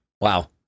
Wow